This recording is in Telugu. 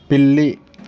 పిల్లి